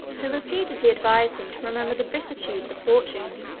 who repeatedly advised him to remember the vicissitudes of fortune,